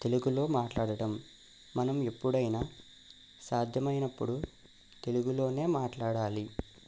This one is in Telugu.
తెలుగులో మాట్లాడడం మనం ఎప్పుడైనా సాధ్యమైనప్పుడు తెలుగులోనే మాట్లాడాలి